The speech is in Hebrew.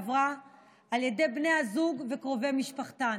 כולן נרצחו בשנה שעברה על ידי בני הזוג וקרובי משפחתן,